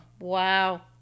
Wow